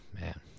man